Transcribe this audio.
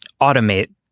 automate